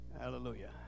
Hallelujah